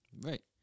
Right